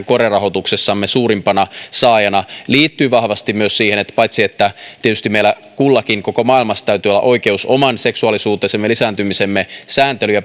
core rahoituksessamme suurimpana saajana liittyy vahvasti myös siihen että paitsi että tietysti meillä kullakin koko maailmassa täytyy olla oikeus oman seksuaalisuutemme ja lisääntymisemme sääntelyyn